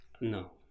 No